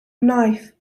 knife